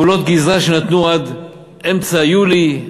גבולות הגזרה שנתנו עד אמצע יולי,